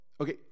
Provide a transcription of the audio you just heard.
Okay